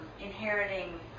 inheriting